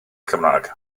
gymraeg